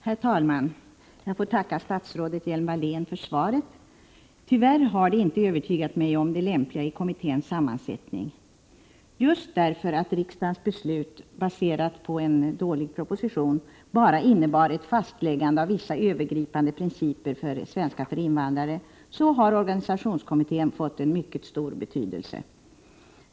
Herr talman! Jag får tacka statsrådet Hjelm-Wallén för svaret. Tyvärr har det inte övertygat mig om det lämpliga i kommitténs sammansättning. Just därför att riksdagens beslut, baserat på en dålig proposition, bara innebar ett fastläggande av vissa övergripande principer för svenska för invandrare har organisationskommittén fått en mycket stor betydelse.